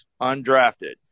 undrafted